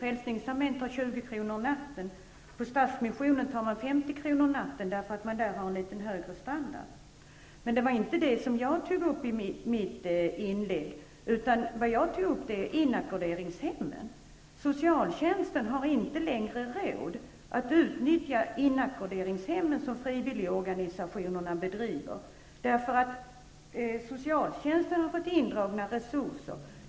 Frälsningsarmén tar 20 natten därför att man där har en något högre standard. Men det var inte det som jag tog upp i mitt inlägg, utan det var inackorderingshemmen. Socialtjänsten har inte längre råd att utnyttja inackorderingshemmen som frivilligorganisationerna driver. Socialtjänsten har fått resurser indragna.